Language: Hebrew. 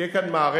תהיה כאן מערכת.